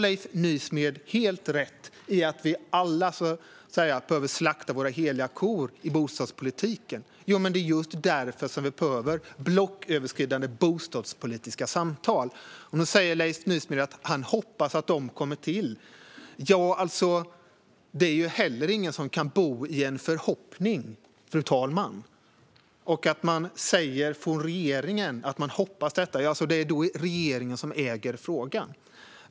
Leif Nysmed har helt rätt i att vi alla behöver slakta våra heliga kor i bostadspolitiken. Ja, men det är just därför som vi behöver blocköverskridande bostadspolitiska samtal. Nu säger Leif Nysmed att han hoppas att de kommer till. Det är ingen som kan bo i en förhoppning, fru talman. Man säger från regeringens sida att man hoppas detta. Ja, det är regeringen som äger frågan.